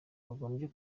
bagombye